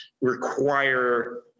require